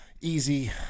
easy